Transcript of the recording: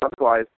otherwise